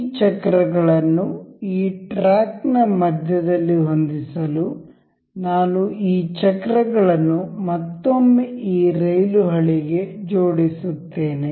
ಈ ಚಕ್ರಗಳನ್ನು ಈ ಟ್ರ್ಯಾಕ್ನ ಮಧ್ಯದಲ್ಲಿ ಹೊಂದಿಸಲು ನಾನು ಈ ಚಕ್ರಗಳನ್ನು ಮತ್ತೊಮ್ಮೆ ಈ ರೈಲು ಹಳಿಗೆ ಜೋಡಿಸುತ್ತೇನೆ